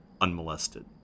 unmolested